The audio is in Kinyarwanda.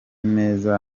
neza